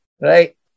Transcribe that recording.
Right